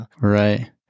Right